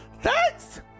Thanks